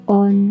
on